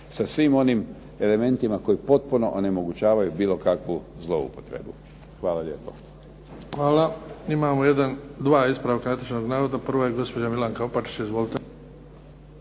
sa svim onim elementima koji potpuno onemogućavaju bilo kakvu zloupotrebu. Hvala lijepo.